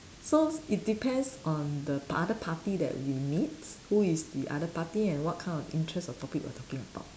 so it depends on the other party that we meet who is the other party and what kind of interest of topic we're talking about